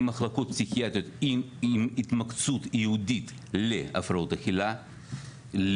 למחלקות פסיכיאטריות עם התמקצעות ייעודית להפרעות אכילה,